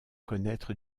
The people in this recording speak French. connaître